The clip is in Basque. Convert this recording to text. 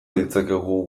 ditzakegu